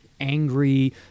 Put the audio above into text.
angry